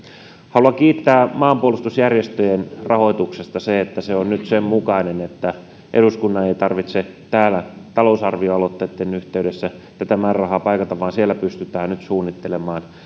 haluan kiittää maanpuolustusjärjestöjen rahoituksesta se on nyt sen mukainen että eduskunnan ei tarvitse täällä talousarvioaloitteiden yhteydessä tätä määrärahaa paikata vaan siellä pystytään nyt suunnittelemaan